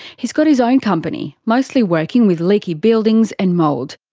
he's got his own company, mostly working with leaky buildings and mould.